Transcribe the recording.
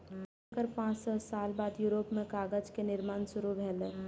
तेकर पांच सय साल बाद यूरोप मे कागज के निर्माण शुरू भेलै